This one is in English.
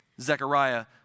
Zechariah